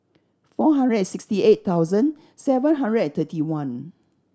four hundred sixty eight thousand seven hundred thirty one